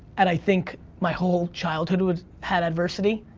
and i think my whole childhood had adversity.